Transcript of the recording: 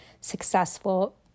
successful